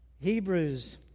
Hebrews